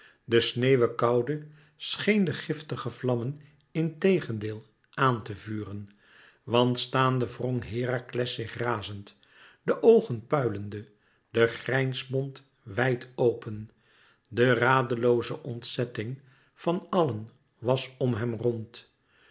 de sneeuw en koude scheen de giftige vlammen integendeel aan te vuren want staande wrong herakles zich razend de oogen puilende de grijnsmond wijd open de radelooze ontzetting van allen was om hem rond